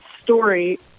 story